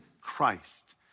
Christ